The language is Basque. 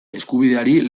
eskubideari